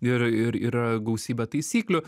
ir ir yra gausybė taisyklių